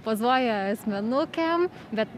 pozuoja asmenukėm bet